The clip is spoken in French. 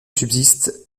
subsiste